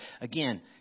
Again